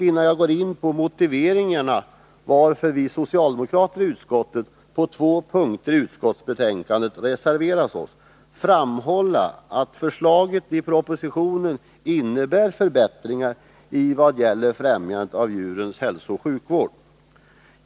Innan jag går in på motiveringarna till att vi socialdemokrater i utskottet har reserverat oss på två punkter i betänkandet, vill jag dock framhålla att 149 förslaget i propositionen innebär förbättringar vad gäller främjandet av djurens hälsooch sjukvård.